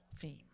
theme